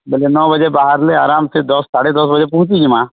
ବେଗେ ନଅ ବଜେ ବାହାରଲେ ଆରମ୍ ସେ ଦଶ ସାଢ଼େ ଦଶ ବଜେ ପହଞ୍ଚି ଯିମା